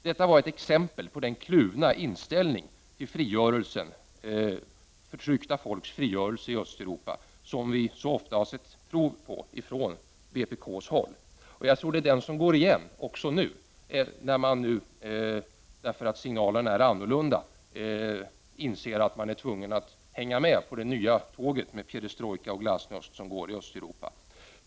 Det var ett exempel på den kluvna inställning till förtryckta folks frigörelse i Östeuropa som vi så ofta har sett prov på från vpk:s håll. Jag tror det är den som går igen också nu, när man därför att signalerna är annorlunda inser att man är tvungen att hänga med på det nya tåg med perestrojka och glasnost som går genom Östeuropa.